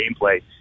gameplay